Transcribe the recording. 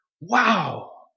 wow